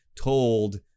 told